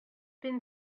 been